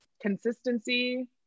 consistency